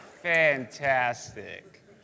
Fantastic